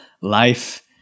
life